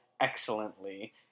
excellently